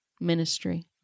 ministry